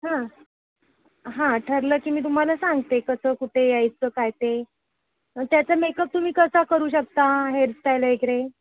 हां हां ठरलं की मी तुम्हाला सांगते कसं कुठे यायचं काय ते त्याचं मेकअप तुम्ही कसा करू शकता हेअरस्टाईल वगैरे